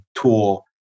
tool